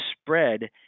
spread